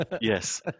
Yes